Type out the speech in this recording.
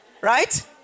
right